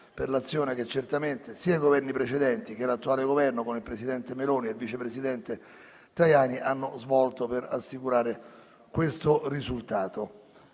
per l'azione che certamente sia i Governi precedenti che l'attuale Governo, con il presidente Meloni e il vice presidente Tajani, hanno svolto per assicurare un tale risultato.